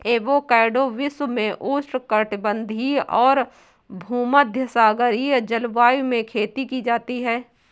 avocado विश्व में उष्णकटिबंधीय और भूमध्यसागरीय जलवायु में खेती की जाती है